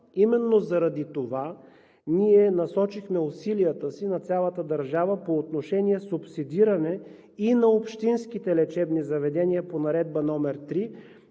Именно заради това ние насочихме усилията на цялата държава по отношение субсидиране и на общинските лечебни заведения по Наредба № 3,